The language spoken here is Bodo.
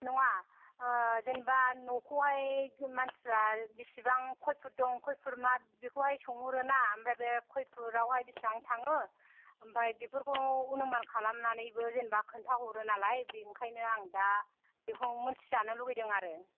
नङा जेनबा न'खौहाय मानसिफ्रा बेसेबां खयफुद दं खयफुद मार बेखौ हाय सोंहरो ना आमफ्राय बे खय फुदाव हाय बेसेबां थाङो आमफ्राय बेफोरखौ अनुमान खालामनानै बो जेनोबा खोन्था हरो नालाय बे ओंखायनो आं दा बेखौ मोनथि जानो लुबैदों आरो